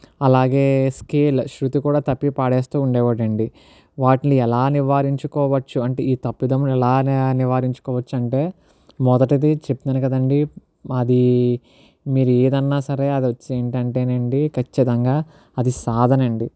అలాగే స్కేల్ శ్రుతి కూడా తప్పి పడేస్తూ ఉండేవాడండి వాటిని ఎలా నివారించుకోవచ్చు అంటే ఈ తప్పిదములను ఎలా నివారించుకోవచ్చు అంటే మొదటిది చెప్తున్నాను కదండి అది మీరు ఏదన్నా సరే అది వచ్చి ఏంటంటేనండి ఖచ్చితంగా అది సాధనండి